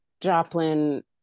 Joplin